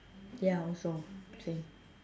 ya also okay